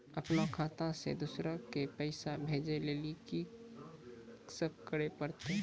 अपनो खाता से दूसरा के पैसा भेजै लेली की सब करे परतै?